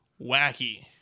wacky